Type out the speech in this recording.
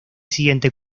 siguiente